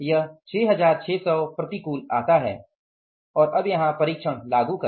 यह 6600 प्रतिकूल आता है और अब यहाँ परिक्षण लागू करें